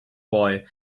boy